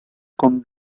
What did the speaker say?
con